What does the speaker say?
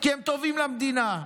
כי הם טובים למדינה.